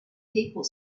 people